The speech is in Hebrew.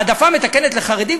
העדפה מתקנת לחרדים,